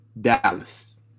Dallas